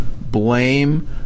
blame